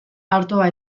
artoa